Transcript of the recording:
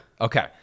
Okay